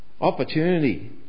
Opportunity